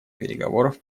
переговоров